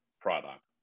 product